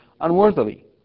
unworthily